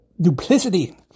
duplicity